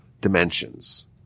dimensions